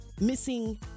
missing